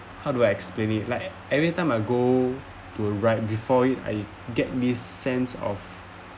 how do I explain it like every time I go to a ride before it I get this sense of